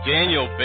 Daniel